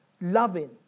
loving